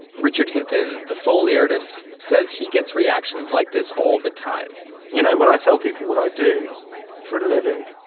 richard hinton, the foley artist, says he gets reactions like this all the time you know, when i tell people what i do for a living,